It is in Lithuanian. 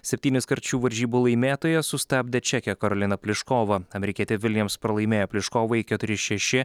septyniskart šių varžybų laimėtoją sustabdė čekė karolina pliškova amerikietė vilijams pralaimėjo pliškovai keturi šeši